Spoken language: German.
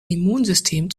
immunsystem